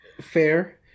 Fair